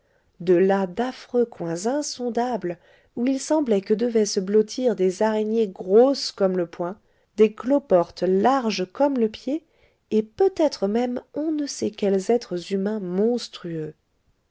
de là d'affreux coins insondables où il semblait que devaient se blottir des araignées grosses comme le poing des cloportes larges comme le pied et peut-être même on ne sait quels êtres humains monstrueux